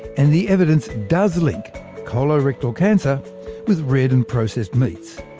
and the evidence does link colorectal cancer with red and processed meats.